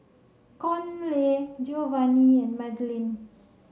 Conley Giovanny and Madlyn